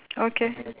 okay